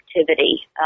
activity